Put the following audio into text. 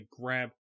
grab